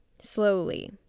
slowly